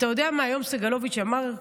אתה יודע מה היום סגלוביץ' אמר?